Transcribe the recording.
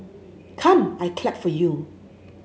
come I clap for you